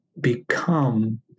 become